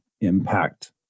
impact